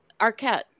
Arquette